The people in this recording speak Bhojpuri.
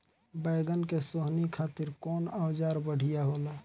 बैगन के सोहनी खातिर कौन औजार बढ़िया होला?